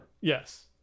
Yes